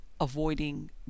avoiding